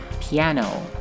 piano